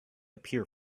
appear